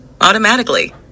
automatically